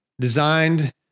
designed